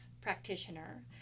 practitioner